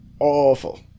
Awful